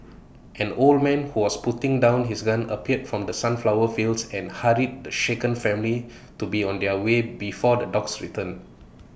an old man who was putting down his gun appeared from the sunflower fields and hurried the shaken family to be on their way before the dogs return